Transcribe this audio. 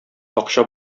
акча